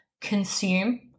consume